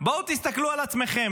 בואו תסתכלו עליכם.